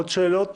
עוד שאלות?